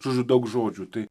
žodžiu daug žodžių tai